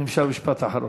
אם אפשר משפט אחרון.